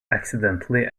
accidentally